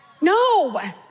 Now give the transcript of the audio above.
no